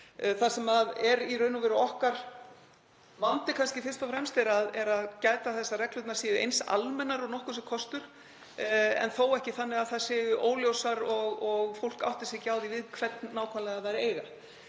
Það sem er í raun okkar vandi kannski fyrst og fremst er að gæta þess að reglurnar séu eins almennar og nokkurs er kostur en þó ekki þannig að þær séu óljósar og fólk átti sig ekki á því við hvern nákvæmlega þær eiga.